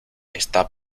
está